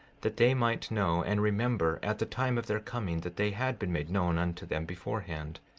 that they might know and remember at the time of their coming that they had been made known unto them beforehand,